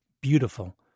beautiful